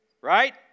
Right